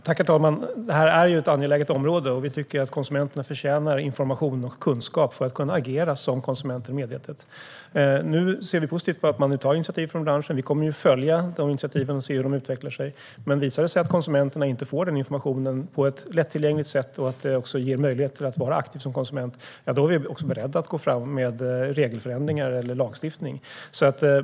Herr talman! Detta är ett angeläget område. Vi tycker att konsumenterna förtjänar information och kunskap för att kunna agera medvetet som konsumenter. Nu ser vi positivt på att man tar initiativ från branschen. Vi kommer att följa de initiativen och se hur de utvecklar sig. Visar det sig att konsumenterna inte får den informationen på ett lättillgängligt sätt, så att det också ges möjlighet att vara aktiv som konsument, är vi beredda att gå fram med regelförändringar eller lagstiftning.